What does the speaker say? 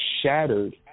shattered